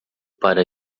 para